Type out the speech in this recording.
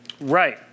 Right